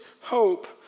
hope